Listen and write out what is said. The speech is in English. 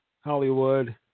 Hollywood